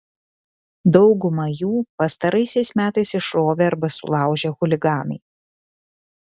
daugumą jų pastaraisiais metais išrovė arba sulaužė chuliganai